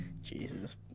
Jesus